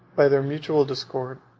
by their mutual discord,